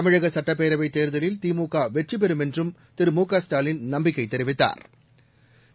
தமிழகசட்டப்பேரவைத் தேர்தலில் திமுகவெற்றிபெறும் என்றும் திரு மு க ஸ்டாலின் நம்பிக்கைதெரிவித்தாா்